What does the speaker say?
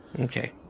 Okay